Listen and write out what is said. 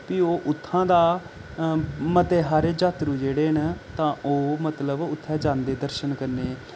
फ्ही ओह् उत्थां दा मते हारे जात्रु जेह्ड़े न तां ओह् मतलब उत्थैं जांदे दर्शन करने